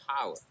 power